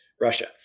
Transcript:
Russia